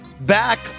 Back